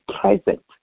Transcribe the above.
present